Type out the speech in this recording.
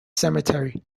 cemetery